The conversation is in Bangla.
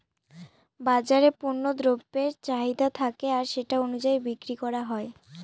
বাজারে পণ্য দ্রব্যের চাহিদা থাকে আর সেটা অনুযায়ী বিক্রি করা হয়